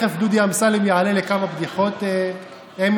תכף דודי אמסלם יעלה לכמה בדיחות, אמילי.